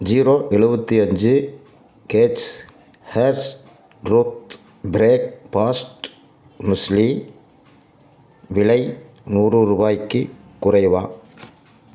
zero எழுவத்தி அஞ்சு கேஜ் ஹேஸ் ட்ரூத் ப்ரேக்ஃபாஸ்ட் முஸ்லி விலை நூறு ரூபாய்க்குக் குறைவா